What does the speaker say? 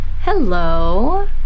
Hello